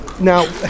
Now